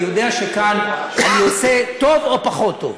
אני יודע שכאן אני עושה טוב או פחות טוב,